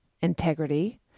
integrity